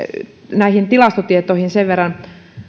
tilastotietoihin sen verran